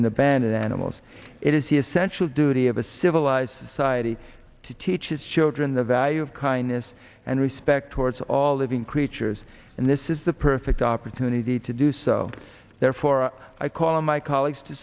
abandoned animals it is essential duty of a civilized society to teach his children the value of kindness and respect towards all living creatures and this is the perfect opportunity to do so therefore i call on my colleagues to